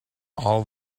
all